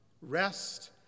Rest